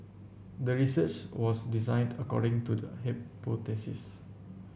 the research was designed according to the hypothesis